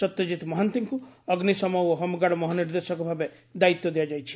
ସତ୍ୟଜିତ୍ ମହାନ୍ତିଙ୍କୁ ଅଗ୍ନିଶମ ଓ ହୋମଗାର୍ଡ ମହାନିର୍ଦ୍ଦେଶକଭାବେ ଦାୟିତ୍ ଦିଆଯାଇଛି